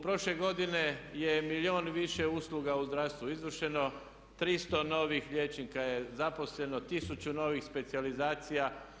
Prošle godine je milijun više usluga u zdravstvu izvršeno, 300 novih liječnika je zaposleno, 1000 novih specijalizacija.